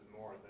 more